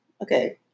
Okay